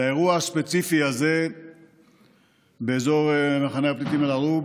לגבי האירוע הספציפי הזה באזור מחנה הפליטים אל-ערוב,